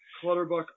Clutterbuck